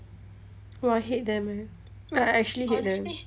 !wah! I hate them eh like I actually hate them